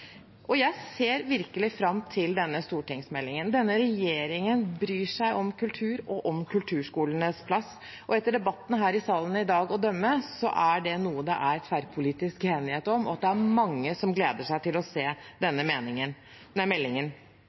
Jeg ser virkelig fram til denne stortingsmeldingen. Denne regjeringen bryr seg om kultur og om kulturskolenes plass. Etter debatten her i salen å dømme er det noe det er tverrpolitisk enighet om, og at det er mange som gleder seg til å se denne